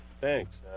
Thanks